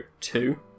two